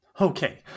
Okay